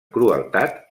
crueltat